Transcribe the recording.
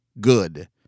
good